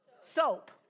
Soap